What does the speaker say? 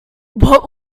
what